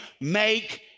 Make